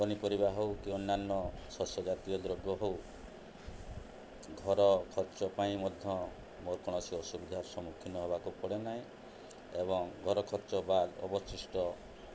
ପନିପରିବା ହେଉ କି ଅନ୍ୟାନ୍ୟ ଶସ୍ୟ ଜାତୀୟ ଦ୍ରବ୍ୟ ହେଉ ଘର ଖର୍ଚ୍ଚ ପାଇଁ ମଧ୍ୟ ମୋର କୌଣସି ଅସୁବିଧାର ସମ୍ମୁଖୀନ ହେବାକୁ ପଡ଼େ ନାହିଁ ଏବଂ ଘର ଖର୍ଚ୍ଚ ବାଦ୍ ଅବଶିଷ୍ଟ